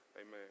amen